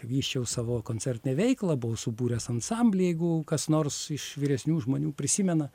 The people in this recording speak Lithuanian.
vysčiau savo koncertinę veiklą buvau subūręs ansamblį jeigu kas nors iš vyresnių žmonių prisimena